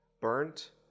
burnt